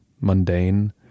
mundane